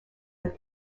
had